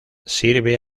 sirve